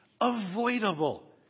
avoidable